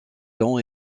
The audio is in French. long